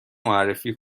معرفی